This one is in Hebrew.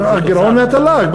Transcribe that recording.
הגירעון מהתל"ג,